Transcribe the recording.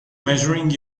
measuring